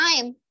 time